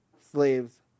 slaves